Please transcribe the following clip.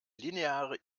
lineare